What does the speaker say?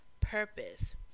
purpose